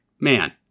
man